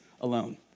alone